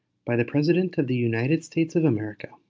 by the president of the united states of america.